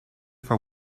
for